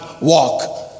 walk